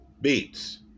beats